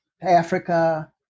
Africa